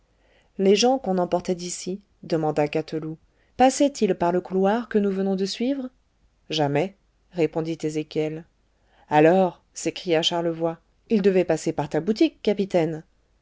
les gens qu'on emportait d'ici demanda gâteloup passaient ils par le couloir que nous venons de suivre jamais répondit ézéchiel alors s'écria charlevoy ils devaient passer par ta boutique capitaine